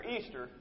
Easter